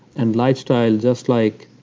and lifestyle, just like